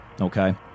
Okay